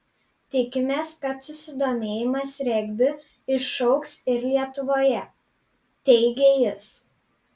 tikimės kad susidomėjimas regbiu išaugs ir lietuvoje teigė jis